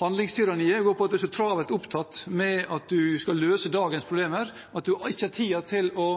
Handlingstyranniet går på at en er så travelt opptatt med at en skal løse dagens problemer, at en ikke har tid til å